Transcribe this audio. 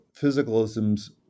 physicalism's